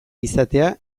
izatea